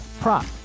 prop